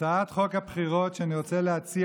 הצעת חוק הבחירות שאני רוצה להציע,